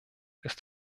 ist